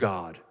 God